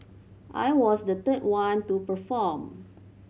I was the third one to perform